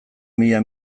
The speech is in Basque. mila